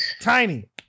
Tiny